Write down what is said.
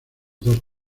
dos